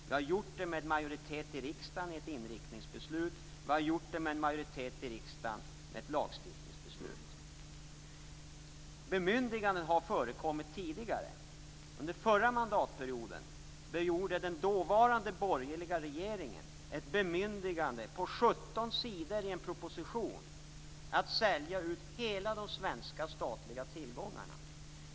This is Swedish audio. Vi har gjort det mot bakgrund av att en majoritet av riksdagen står bakom ett inriktningsbeslut och ett lagstiftningsbeslut. Bemyndiganden har förekommit tidigare. Under förra mandatperioden gjorde den dåvarande borgerliga regeringen ett bemyndigande på 17 sidor i en proposition om att sälja ut samtliga svenska statliga tillgångar.